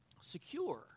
secure